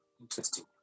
interesting